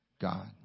God